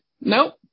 nope